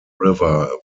river